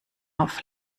auf